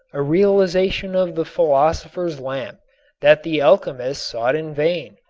a realization of the philosopher's lamp that the alchemists sought in vain.